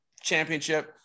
championship